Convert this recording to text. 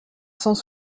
sans